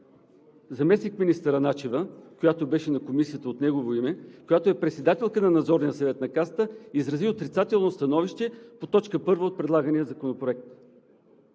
Заместник-министър Начева, която беше на Комисията от негово име, която е председателка на Надзорния съвет на Касата, изрази отрицателно становище по точка първа от предлагания законопроект.